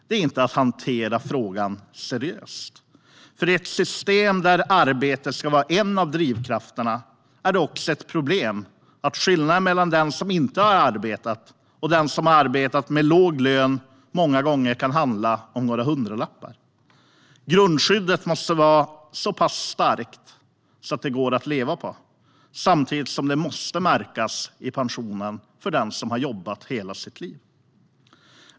Det är inte att hantera frågan helt seriöst. I ett system där arbete ska vara en av drivkrafterna är det ett problem att skillnaden mellan den som inte har arbetat och den som har arbetat med låg lön många gånger kan handla om några hundralappar. Grundskyddet måste vara så pass starkt att det går att leva på, och samtidigt måste det märkas på pensionen för den som har jobbat under hela sitt liv.